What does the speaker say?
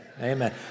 amen